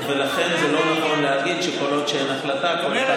ולכן זה לא נכון להגיד שכל עוד אין החלטה כל אחד יכול לעשות,